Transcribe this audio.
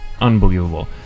unbelievable